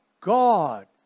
God